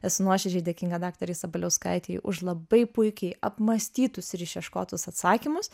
esu nuoširdžiai dėkinga daktarei sabaliauskaitei už labai puikiai apmąstytus ir išieškotus atsakymus